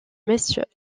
messieurs